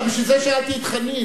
לכן שאלתי את חנין,